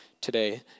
today